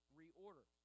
reorder